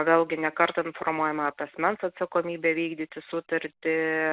vėlgi ne kartą informuojama apie asmens atsakomybę vykdyti sutartį